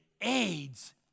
aids